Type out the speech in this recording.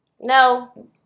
No